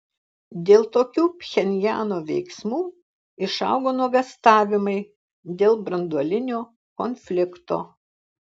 dėl tokių pchenjano veiksmų išaugo nuogąstavimai dėl branduolinio konflikto